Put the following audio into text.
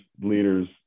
leaders